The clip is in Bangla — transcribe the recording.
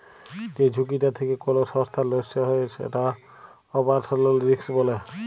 যে ঝুঁকিটা থেক্যে কোল সংস্থার লস হ্যয়ে যেটা অপারেশনাল রিস্ক বলে